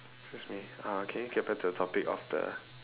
excuse me uh can you get back to the topic of the